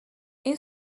این